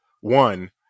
one